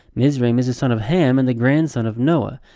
mizraim is the son of ham and the grandson of noah.